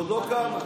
שעוד לא קמה,